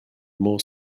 more